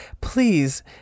please